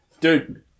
Dude